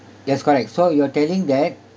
yes correct so you're telling that